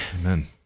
Amen